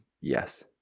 yes